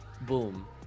Boom